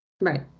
Right